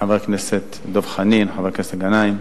חבר הכנסת דב חנין, חבר הכנסת גנאים,